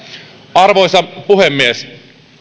arvoisa puhemies